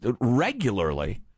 regularly